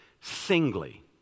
singly